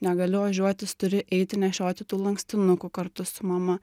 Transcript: negali ožiuotis turi eiti nešioti tų lankstinukų kartu su mama